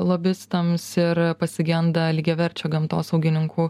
lobistams ir pasigenda lygiaverčio gamtosaugininkų